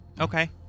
Okay